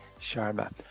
Sharma